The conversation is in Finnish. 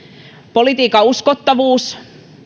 politiikan uskottavuus